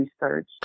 research